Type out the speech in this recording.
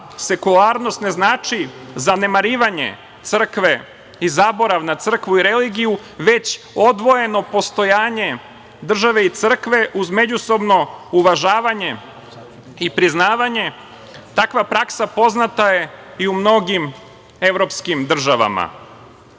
sekularnost ne znači zanemarivanje crkve i zaborav na crkvu i religiju, već odvojeno postojanje države i crkve uz međusobno uvažavanje i priznavanje. Takva praksa poznata je i u mnogim evropskim državama. Takođe,